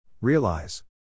Realize